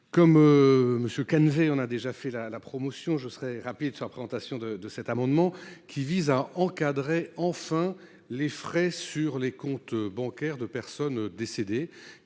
Comme Monsieur Calvez. On a déjà fait la promotion, je serais rapide sur présentation de de cet amendement qui vise à encadrer, enfin les frais sur les comptes bancaires de personnes décédées